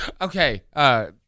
Okay